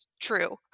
true